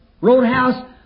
roadhouse